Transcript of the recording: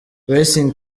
racing